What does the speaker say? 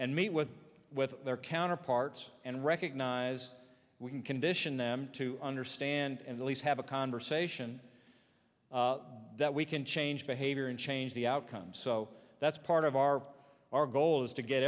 and meet with with their counterparts and recognize we can condition them to understand at least have a conversation that we can change behavior and change the outcome so that's part of our our goal is to get